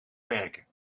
werken